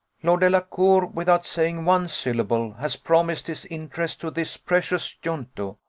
lord delacour, without saying one syllable, has promised his interest to this precious junto,